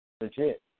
legit